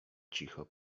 cicho